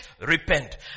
Repent